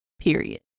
Period